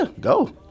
go